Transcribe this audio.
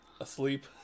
asleep